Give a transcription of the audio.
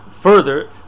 further